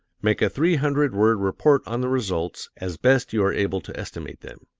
make a three-hundred word report on the results, as best you are able to estimate them.